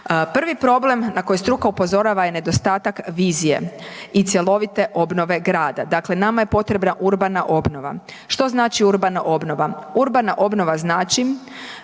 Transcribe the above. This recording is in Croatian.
Prvi problem na koji struka upozorava je nedostatak vizije i cjelovite obnove grada. Dakle, nama je potrebna urbana obnova. Što znači urbana obnova? Urbana obnova znači